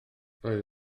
roedd